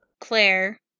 Claire-